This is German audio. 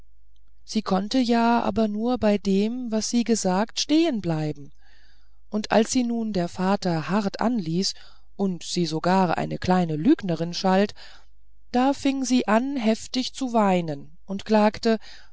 sie konnte ja aber nur bei dem was sie gesagt stehen bleiben und als sie nun der vater hart anließ und sie sogar eine kleine lügnerin schalt da fing sie an heftig zu weinen und klagte